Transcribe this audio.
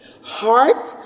heart